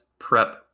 prep